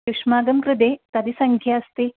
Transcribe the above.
युष्माकं कृते कति सङ्ख्या अस्ति